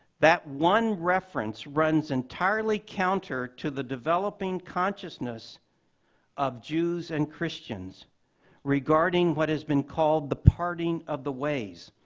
that one reference runs entirely counter to the developing consciousness of jews and christians regarding what has been called the parting of the ways,